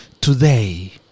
today